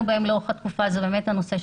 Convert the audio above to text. בהם לאורך התקופה האחרונה זה השמיעה.